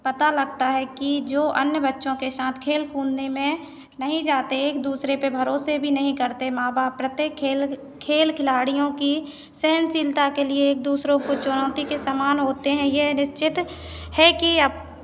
पता लगता है कि जो अन्य बच्चों के साथ खेल कूदने में नहीं जाते एक दूसरे पे भरोसे भी नहीं करते माँ बाप प्रत्येक खेल खेल खिलाड़ियों की सहनशीलता के लिए एक दूसरों को चुनौति के समान होते हैं ये निश्चित है कि